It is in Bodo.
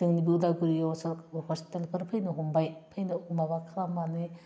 जोंनि बे उदालगुरि हस्पिटालफोर फैनो हमबाय फैनो माबा खालामनानै